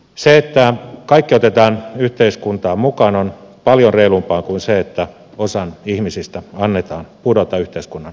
se että kaikki otetaan yhteiskuntaan mukaan on paljon reilumpaa kuin se että osan ihmisistä annetaan pudota yhteiskunnan ulkopuolelle